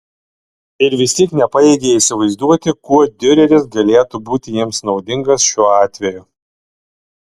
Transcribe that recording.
ir vis tiek nepajėgė įsivaizduoti kuo diureris galėtų būti jiems naudingas šiuo atveju